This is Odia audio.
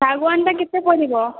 ଶାଗୁଆନଟା କେତେ ପଡ଼ିବ